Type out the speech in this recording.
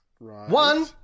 One